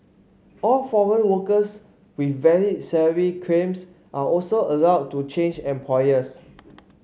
all foreign workers with valid salary claims are also allowed to change employers